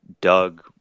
Doug